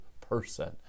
person